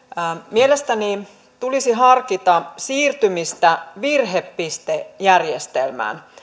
mielestäni tulisi harkita siirtymistä virhepistejärjestelmään